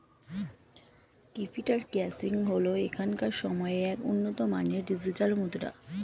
cryptocurrency হল এখনকার সময়ের এক উন্নত মানের ডিজিটাল মুদ্রা